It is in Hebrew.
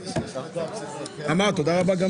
תמר תודה רבה גם לך.